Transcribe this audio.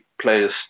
players